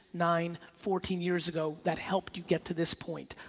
nine, fourteen years ago that helped you get to this point.